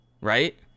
Right